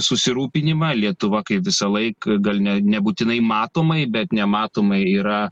susirūpinimą lietuva kaip visąlaik gal ne nebūtinai matomai bet nematomai yra